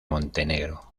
montenegro